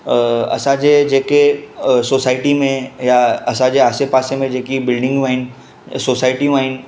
असांजे जेके सोसायटी में या असांजे आसेपासे में जेकी बिल्डिंगू आहिनि सोसायटियूं आहिनि